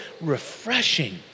refreshing